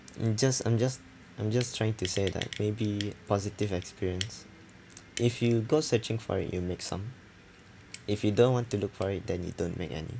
I'm just I'm just I'm just trying to say that maybe positive experience if you go searching for it you'll make some if you don't want to look for it then you don't make any